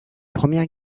première